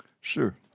Sure